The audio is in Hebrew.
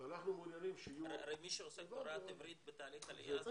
הרי מי שעוסק בהוראת עברית בתהליך העלייה זה הסוכנות.